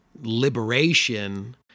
liberation